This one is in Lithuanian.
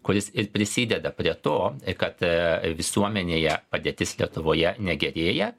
kuris ir prisideda prie to kad visuomenėje padėtis lietuvoje negerėja